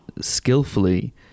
skillfully